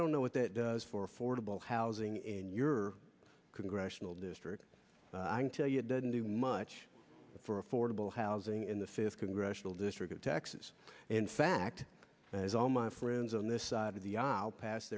don't know what that does for affordable housing in your congressional district i can tell you it doesn't do much for affordable housing in the fifth congressional district of texas in fact as all my friends on this side of the